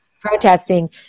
protesting